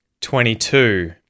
twenty-two